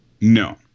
No